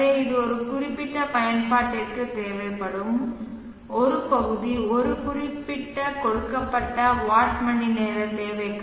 எனவே இது ஒரு குறிப்பிட்ட பயன்பாட்டிற்கு தேவைப்படும் ஒரு பகுதி ஒரு குறிப்பிட்ட கொடுக்கப்பட்ட வாட் மணிநேர தேவை